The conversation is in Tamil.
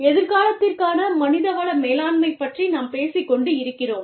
எதிர்காலத்திற்கான மனித வள மேலாண்மை பற்றி நாம் பேசிக்கொண்டு இருக்கிறோம்